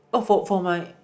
oh for for my